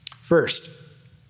First